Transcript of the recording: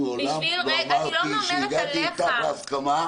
אני מעולם לא אמרתי שהגעתי איתך להסכמה.